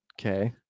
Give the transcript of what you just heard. okay